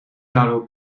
daardoor